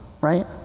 right